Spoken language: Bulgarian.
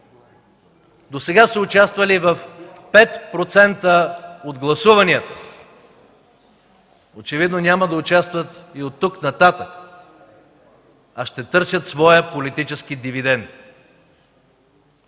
Досега са участвали в 5% от гласуванията. Очевидно няма да участват и от тук нататък, а ще търсят своя политически дивидент.